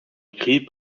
écrits